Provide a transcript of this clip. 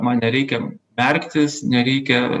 man nereikia merktis nereikia